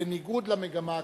בניגוד למגמה הכללית.